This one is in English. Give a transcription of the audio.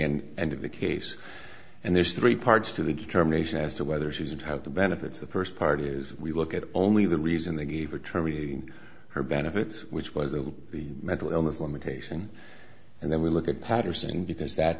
e end of the case and there's three parts to the determination as to whether she would have the benefits the first part is we look at only the reason they gave her term in her benefit which was a mental illness limitation and then we look at patterson because that